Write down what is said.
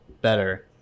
better